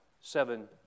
seven